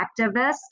activist